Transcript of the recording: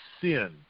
sin